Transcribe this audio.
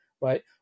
right